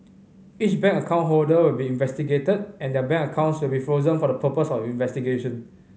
each bank account holder will be investigated and their bank accounts will be frozen for the purpose of investigation